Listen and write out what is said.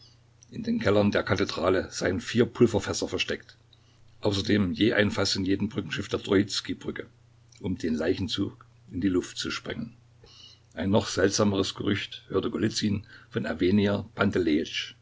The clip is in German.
in den kellern der kathedrale seien vier pulverfässer versteckt außerdem je ein faß in jedem brückenschiff der troizkij brücke um den leichenzug in die luft zu sprengen ein noch seltsameres gerücht hörte golizyn von